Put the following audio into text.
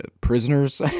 prisoners